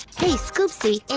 hey, scoopsy. and